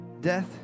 death